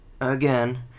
Again